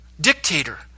dictator